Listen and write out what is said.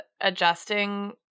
adjusting